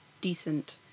decent